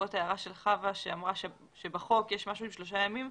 בעקבות ההערה של חוה שאמרה שבחוק יש משהו עם שלושה ימים,